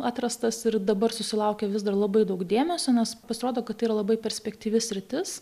atrastas ir dabar susilaukia vis dar labai daug dėmesio nes pasirodo kad tai yra labai perspektyvi sritis